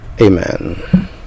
Amen